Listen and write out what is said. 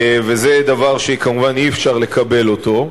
וזה דבר שכמובן אי-אפשר לקבל אותו,